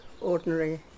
ordinary